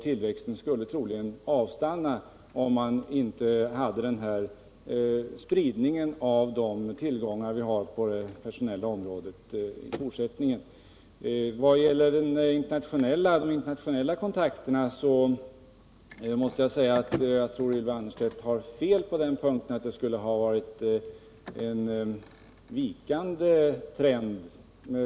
Tillväxten skulle troligen avstanna, om man inte hade den spridning vi nu har av tillgångarna på det personella området. När det gäller de internationella kontakterna tror jag Ylva Annerstedt har fel i att de skulle ha minskat.